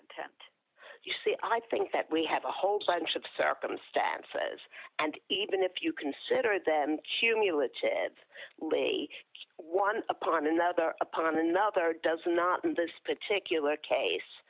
intent you see i think that we have a whole bunch of circumstances and even if you consider them cumulative live one upon another upon another does not in this particular case